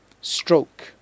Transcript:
stroke